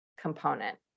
component